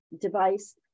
device